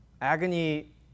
agony